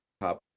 top